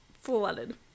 flooded